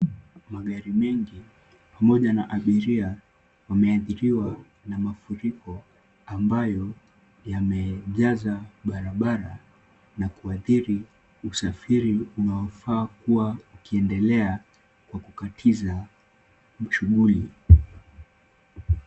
Magari mengi pamoja na abiria wameathiriwa na mafuriko ambayo yamejaza barabara na kuathiri usafiri unaofaa kuwa ukiendelea kwa kukatiza mashughuli.